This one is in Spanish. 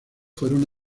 fueron